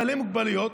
בעלי מוגבלויות,